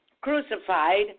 crucified